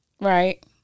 Right